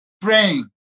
praying